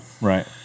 right